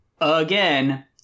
again